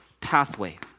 pathway